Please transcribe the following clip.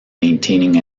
maintaining